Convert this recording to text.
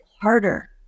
harder